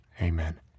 amen